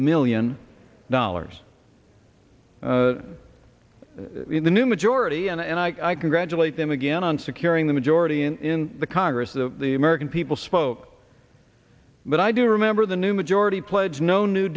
million dollars the new majority and i congratulate them again on securing the majority in the congress the american people spoke but i do remember the new majority pledge no new